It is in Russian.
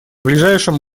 ближайшем